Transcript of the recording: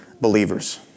believers